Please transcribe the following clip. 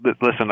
Listen